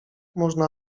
można